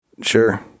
Sure